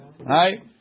right